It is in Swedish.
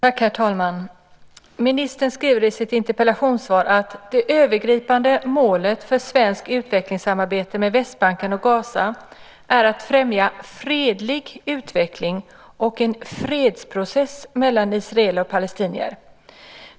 Herr talman! Ministern säger i sitt interpellationssvar att "de övergripande målen för svenskt utvecklingssamarbete med Västbanken och Gaza är att främja fredlig utveckling och en fredsprocess mellan israeler och palestinier".